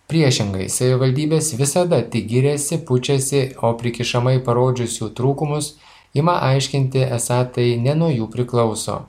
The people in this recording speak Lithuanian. priešingai savivaldybės visada tik giriasi pučiasi o prikišamai parodžius jų trūkumus ima aiškinti esą tai ne nuo jų priklauso